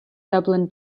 dublin